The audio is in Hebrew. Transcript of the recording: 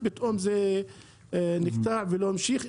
פתאום זה נקטע ולא ממשיך,